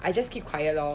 I just keep quiet lor